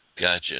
Gotcha